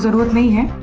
with me